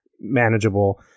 manageable